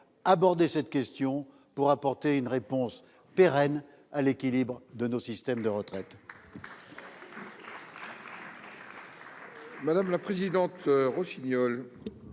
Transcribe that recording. aborder cette question pour apporter une réponse pérenne à l'équilibre de nos systèmes de retraite.